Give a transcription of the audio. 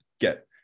get